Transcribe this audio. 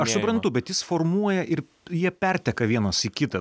aš suprantu bet jis formuoja ir jie perteka vienas į kitą